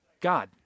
God